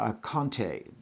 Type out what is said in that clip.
Conte